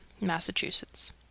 massachusetts